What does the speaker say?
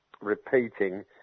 repeating